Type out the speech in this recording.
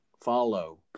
follow